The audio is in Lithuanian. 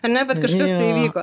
ar ne bet kažkas tai įvyko